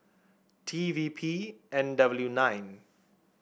T V P N W nine